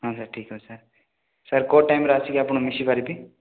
ହଁ ସାର୍ ଠିକ୍ ଅଛି ସାର୍ ସାର୍ କେଉଁ ଟାଇମରେ ଆସିକି ଆପଣ ମିଶି ପାରିବି